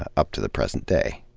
ah up to the present day.